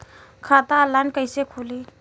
खाता ऑनलाइन कइसे खुली?